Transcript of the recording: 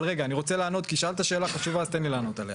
אבל רגע אני רוצה לענות כי שאלת שאלה חשובה אז תן לי לענות עליה.